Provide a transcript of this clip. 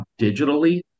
digitally